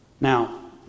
Now